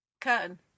Curtain